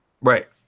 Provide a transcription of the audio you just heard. right